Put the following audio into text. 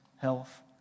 health